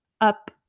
up